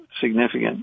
significant